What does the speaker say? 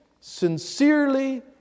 sincerely